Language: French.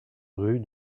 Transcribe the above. rue